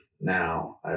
now